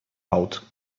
out